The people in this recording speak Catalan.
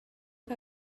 que